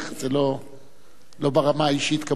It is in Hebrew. זה לא ברמה האישית, כמובן.